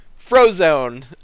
Frozone